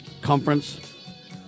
conference